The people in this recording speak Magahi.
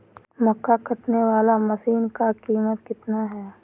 मक्का कटने बाला मसीन का कीमत कितना है?